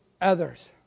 others